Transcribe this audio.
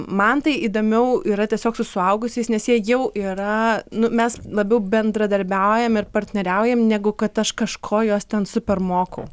man tai įdomiau yra tiesiog su suaugusiais nes jie jau yra nu mes labiau bendradarbiaujam ir partneriaujam negu kad aš kažko juos ten super mokau